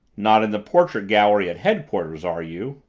not in the portrait gallery at headquarters, are you?